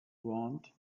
want